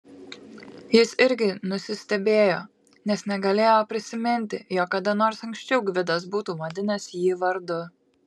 jis irgi nusistebėjo nes negalėjo prisiminti jog kada nors anksčiau gvidas būtų vadinęs jį vardu